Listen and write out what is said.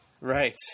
Right